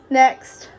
next